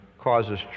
causes